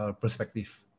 perspective